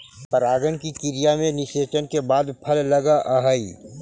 परागण की क्रिया में निषेचन के बाद फल लगअ हई